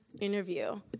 interview